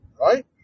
right